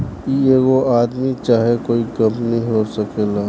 ई एगो आदमी चाहे कोइ कंपनी हो सकेला